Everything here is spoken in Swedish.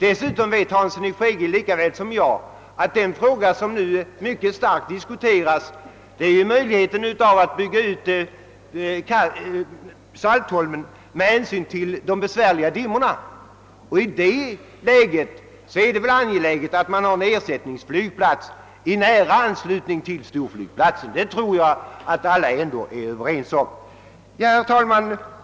Dessutom vet herr Hansson i Skegrie lika väl som jag att den fråga som nu diskuteras gäller möjligheten att bygga ut Saltholm med hänsyn till de besvärliga dimmorna, och i det läget är det nödvändigt att ha en ersättningsflygplats i nära anslutning till storflygplatsen. Det tror jag att alla ändå är överens om. Herr talman!